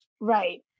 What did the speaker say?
right